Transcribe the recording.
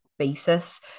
basis